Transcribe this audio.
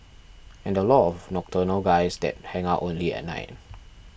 and a lot of nocturnal guys that hang out only at night